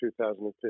2015